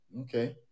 Okay